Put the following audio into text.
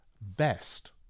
best